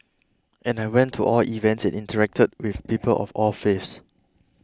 and I went to all events and interacted with people of all faiths